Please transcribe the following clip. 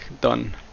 done